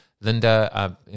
Linda